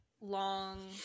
long